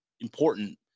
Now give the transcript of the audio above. important